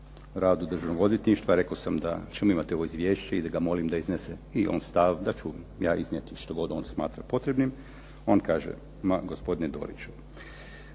radu Državnog odvjetništva rekao sam da ćemo imati ovo izvješće i da ga molim da iznese i on stav, da ću ja iznijeti što god on smatra potrebnim. On kaže gospodine Doriću